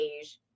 age